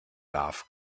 darf